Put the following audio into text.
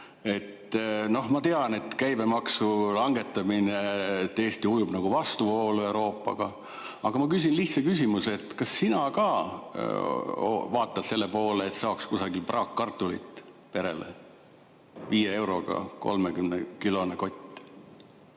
ma tean, et käibemaksu langetamisel Eesti ujub nagu vastuvoolu Euroopaga. Aga ma küsin lihtsa küsimuse: kas sina ka vaatad selle poole, et saaks kusagilt praakkartulit perele viie euroga 30‑kilone kott?